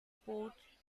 porch